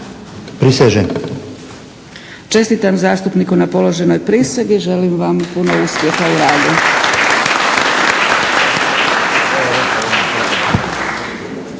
(SDP)** Čestitam zastupniku na položenoj prisegi. Želim vam puno uspjeha u radu.